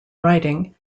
writing